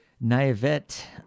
naivete